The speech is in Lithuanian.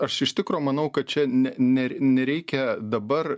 aš iš tikro manau kad čia ne ne nereikia dabar